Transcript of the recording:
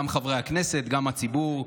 גם חברי הכנסת, גם הציבור.